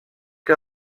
que